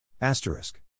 asterisk